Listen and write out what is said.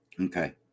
Okay